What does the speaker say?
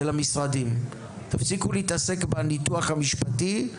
אלא למשרדים: תפסיקו להתעסק בניתוח המשפטי.